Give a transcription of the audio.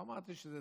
לא אמרתי שזה